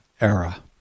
era